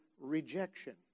rejection